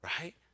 right